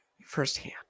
firsthand